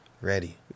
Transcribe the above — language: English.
Ready